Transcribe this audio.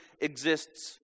exists